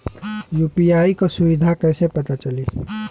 UPI क सुविधा कैसे पता चली?